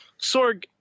Sorg